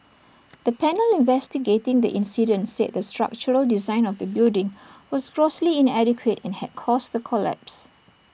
the panel investigating the incident said the structural design of the building was grossly inadequate and had caused the collapse